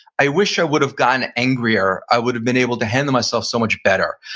i wish i would have gotten angrier, i would have been able to handle myself so much better.